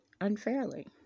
unfairly